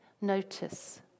notice